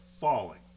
falling